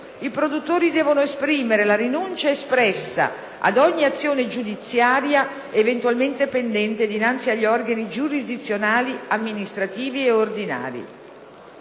i produttori devono esprimere la rinuncia espressa ad ogni azione giudiziaria eventualmente pendente dinanzi agli organi giurisdizionali amministrativi e ordinari".